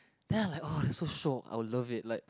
then I like oh so shock I'll love it like